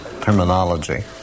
terminology